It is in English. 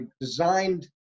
designed